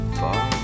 far